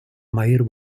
maier